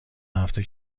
هفته